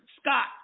Scott